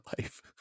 life